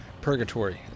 purgatory